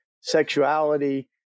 sexuality